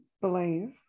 believe